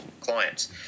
clients